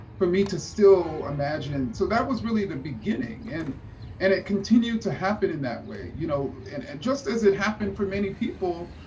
for me to still imagine. so that was really the beginning. and and it continued to happen in that way. you know and it just as it happened for many people,